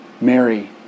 Mary